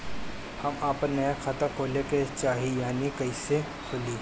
हम आपन नया खाता खोले के चाह तानि कइसे खुलि?